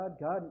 God